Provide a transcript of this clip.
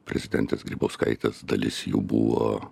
prezidentės grybauskaitės dalis jų buvo